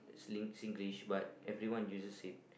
that Singlish but everyone uses it